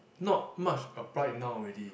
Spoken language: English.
not much applied now already